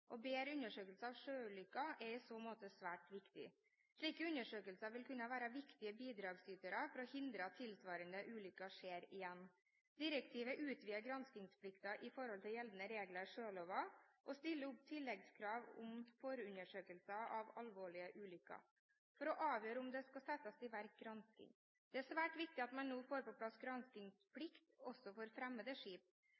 bedre undersøkelser av sjøulykker er i så måte svært viktig. Slike undersøkelser vil kunne være viktige bidragsytere for å hindre at tilsvarende ulykker skjer igjen. Direktivet utvider granskingsplikten i forhold til gjeldende regler i sjøloven og stiller tilleggskrav om forundersøkelser ved alvorlige ulykker for å avgjøre om det skal settes i verk gransking. Det er svært viktig at man nå får på plass